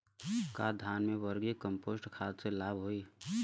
का धान में वर्मी कंपोस्ट खाद से लाभ होई?